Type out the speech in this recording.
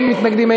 אין מתנגדים,